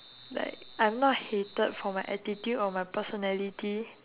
like I'm not hated for my attitude or my personality